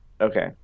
okay